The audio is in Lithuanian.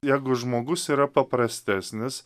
jeigu žmogus yra paprastesnis